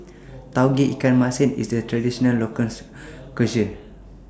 Tauge Ikan Masin IS A Traditional Local Cuisine